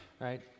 right